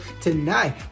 Tonight